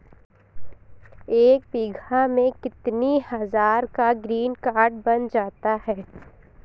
एक बीघा में कितनी हज़ार का ग्रीनकार्ड बन जाता है?